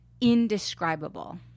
indescribable